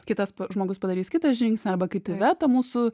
kitas žmogus padarys kitą žingsnį arba kaip iveta mūsų